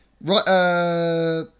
Right